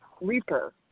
reaper